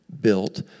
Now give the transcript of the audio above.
built